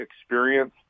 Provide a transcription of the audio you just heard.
experience